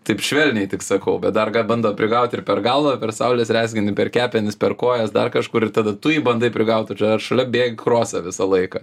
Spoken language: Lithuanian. taip švelniai tik sakau bet dar bando prigaut ir per galvą per saulės rezginį per kepenis per kojas dar kažkur ir tada tu jį bandai prigaut o tu čia šalia bėgi krosą visą laiką